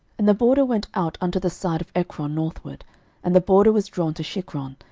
and the border went out unto the side of ekron northward and the border was drawn to shicron,